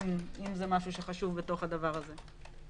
אם זה משהו שחשוב בתוך הדבר הזה.